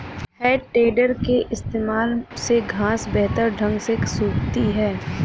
है टेडर के इस्तेमाल से घांस बेहतर ढंग से सूखती है